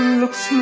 looks